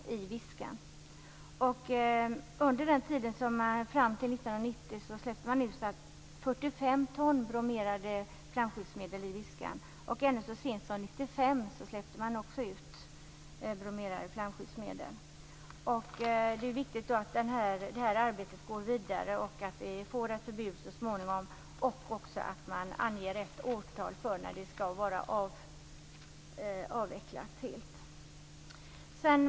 Under tiden fram till 1990 släppte man ut 45 ton bromerade flamskyddsmedel i Viskan. Så sent som 1995 släppte man också ut bromerade flamskyddsmedel. Det är viktigt att arbetet går vidare så att vi så småningom får ett förbud och att man också anger ett årtal för när dessa medel skall vara helt avvecklade.